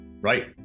Right